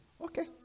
Okay